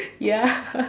ya